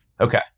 Okay